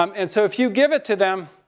um and so, if you give it to them,